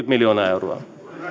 miljoonaa euroa